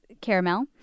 caramel